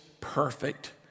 perfect